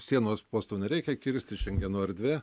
sienos posto nereikia kirsti šengeno erdvė